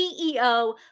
ceo